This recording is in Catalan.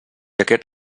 aquest